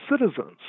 citizens